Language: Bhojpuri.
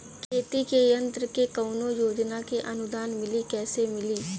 खेती के यंत्र कवने योजना से अनुदान मिली कैसे मिली?